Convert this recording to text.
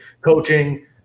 coaching